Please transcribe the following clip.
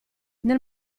nel